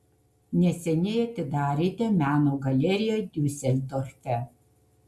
neseniai atidarėte meno galeriją diuseldorfe